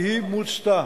והיא תיכנס לספר החוקים.